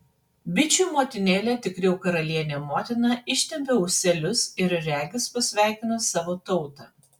bičių motinėlė tikriau karalienė motina ištempia ūselius ir regis pasveikina savo tautą